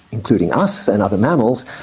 including us and other mammals,